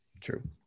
True